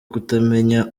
kutamenya